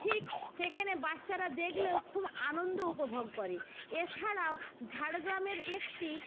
ঠিক সেখেনে বাচ্চারা দেখলেও খুব আনন্দ উপভোগ করে এছাড়াও ঝাড়গ্রামের একটি